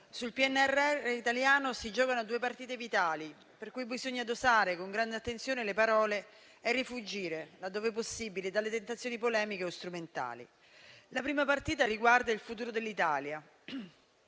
sul PNRR italiano si giocano due partite vitali, per cui bisogna dosare con grande attenzione le parole e rifuggire, ove possibile, dalle tentazioni polemiche o strumentali. La prima partita riguarda il futuro dell'Italia.